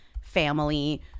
family